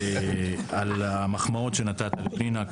על המחמאות שנתת לפנינה.